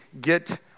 get